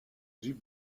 sie